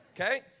Okay